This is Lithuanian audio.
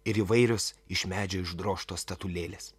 ir įvairios iš medžio išdrožtos statulėlės